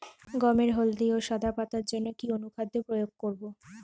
গমের হলদে ও সাদা পাতার জন্য কি অনুখাদ্য প্রয়োগ করব?